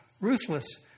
ruthless